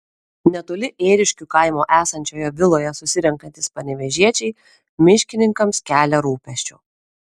netoli ėriškių kaimo esančioje viloje susirenkantys panevėžiečiai miškininkams kelia rūpesčių